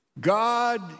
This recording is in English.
God